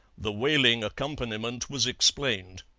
the wailing accompaniment was explained.